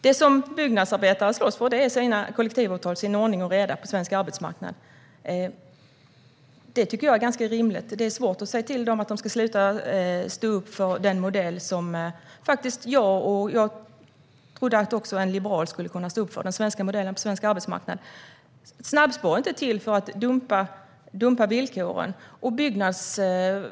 Det byggnadsarbetare slåss för är sina kollektivavtal och sin ordning och reda på svensk arbetsmarknad. Det tycker jag är ganska rimligt. Det är svårt att säga till dem att de ska sluta att stå upp för den modell som jag står upp för och som jag trodde att också en liberal kunde stå upp för: den svenska modellen på svensk arbetsmarknad. Snabbspår är inte till för att dumpa villkoren.